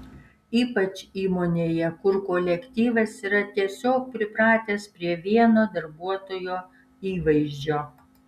ypač įmonėje kur kolektyvas yra tiesiog pripratęs prie vieno darbuotojo įvaizdžio